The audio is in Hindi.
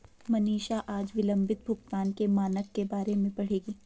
मनीषा आज विलंबित भुगतान के मानक के बारे में पढ़ेगी